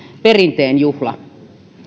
perinteen juhla